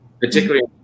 particularly